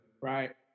right